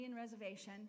reservation